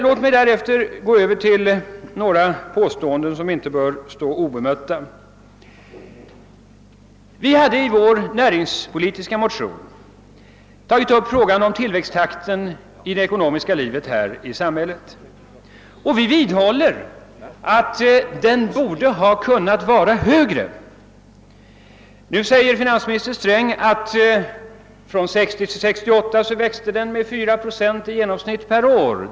Låt mig därefter gå över till några påståenden som inte bör stå obemötta. Vi hade i vår näringspolitiska motion tagit upp frågan om tillväxttakten i det ekonomiska livet i samhället och vi vidhåller fortfarande att denna borde ha kunnat vara högre. Nu säger finansminister Sträng att bruttonationalprodukten under åren 1960—1968 växte med i genomsnitt drygt 4 procent per år.